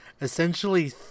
essentially